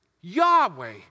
Yahweh